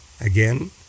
Again